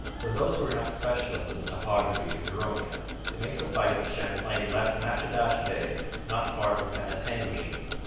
for those who are not specialists in the topography of huronia it may suffice that champlain left matchedash bay not far from penetanguishene,